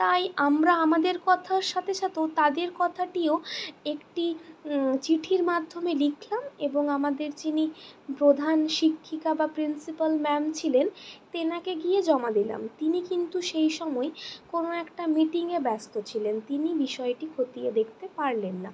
তাই আমরা আমাদের কথার সাথে সাথেও তাদের কথাটিও একটি চিঠির মাধ্যমে লিখলাম এবং আমাদের যিনি প্রধান শিক্ষিকা বা প্রিন্সিপাল ম্যাম ছিলেন তেনাকে গিয়ে জমা দিলাম তিনি কিন্তু সেই সময়ে কোনো একটা মিটিঙে ব্যস্ত ছিলেন তিনি বিষয়টি খতিয়ে দেখতে পারলেন না